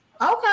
Okay